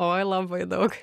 oj labai daug